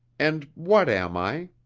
and what am i?